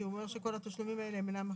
כי הוא אומר שכל התשלומים האלה הם אינם הכנסה,